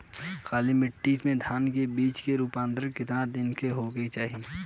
काली मिट्टी के धान के बिज के रूपाई कितना दिन मे होवे के चाही?